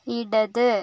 ഇടത്